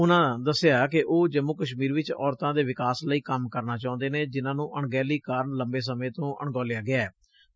ਉਨਾਂ ਦਸਿਆ ਕਿ ਉਹ ਜੰਮੁ ਕਸ਼ਮੀਰ ਵਿਚ ਔਰਤਾਂ ਦੇ ਵਿਕਾਸ ਲਈ ਕੰਮ ਕਰਨਾ ਚਾਹੁੰਦੇ ਨੇ ਜਿਨਾਂ ਨੂੰ ਅਣਗਹਿਲੀ ਕਾਰਨ ਲੰਬੇ ਸਮੇਂ ਤੋਂ ਅਣਗੋਂਲਿਆ ਗਿਐਂ